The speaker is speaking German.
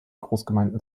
großgemeinden